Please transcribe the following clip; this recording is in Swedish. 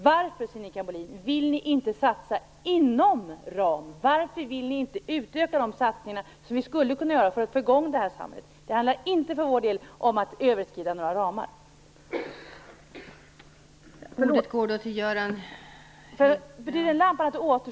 Varför vill ni inte, Sinikka Bohlin, satsa inom ramen? Varför vill ni inte utöka de här satsningarna, vilket vi skulle kunna göra, för att få i gång samhället? Det handlar för vår del inte om att överskrida några ramar.